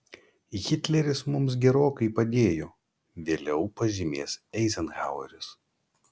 hitleris mums gerokai padėjo vėliau pažymės eizenhaueris